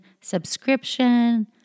subscription